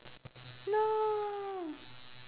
no